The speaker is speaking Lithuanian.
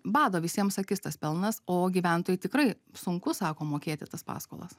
bado visiems akis tas pelnas o gyventojai tikrai sunku sako mokėti tas paskolas